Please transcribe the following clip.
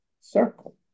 circle